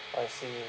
I see